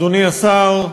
תודה רבה לך, אדוני השר,